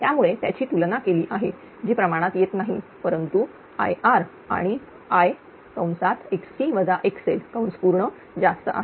त्यामुळे याची तुलना केली आहे जी प्रमाणात येत नाही परंतु हे Ir आणि Iजास्त आहे